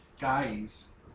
guys